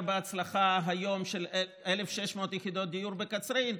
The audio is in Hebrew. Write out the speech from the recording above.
היום בהצלחה של 1,600 יחידות דיור בקצרין.